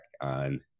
on